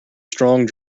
strong